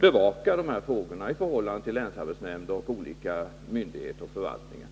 bevakar dessa problem i förhållande till länsarbetsnämnder och olika myndigheter och förvaltningar.